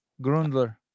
grundler